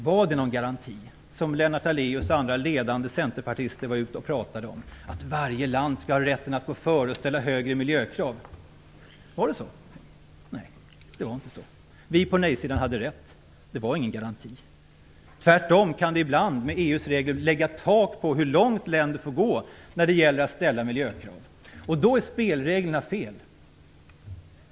Var det någon garanti som Lennart Daléus och andra ledande centerpartister var ute och pratade om - att varje land skall ha rätten att gå före och ställa högre miljökrav? Var det så? Nej, det var inte så. Vi på nej-sidan hade rätt. Det var ingen garanti. Tvärtom kan det ibland med EU:s regler lägga tak på hur långt länder får gå när det gäller att ställa miljökrav. Då är spelreglerna fel.